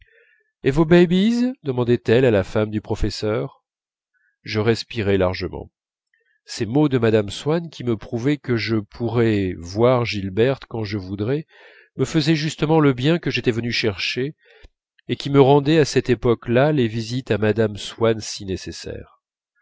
et nos babys demandait-elle à la femme du professeur je respirai largement ces mots de mme swann qui me prouvaient que je pourrais voir gilberte quand je voudrais me faisaient justement le bien que j'étais venu chercher et qui me rendait à cette époque-là les visites à mme swann si nécessaires